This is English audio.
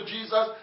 Jesus